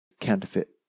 counterfeit